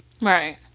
Right